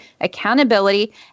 accountability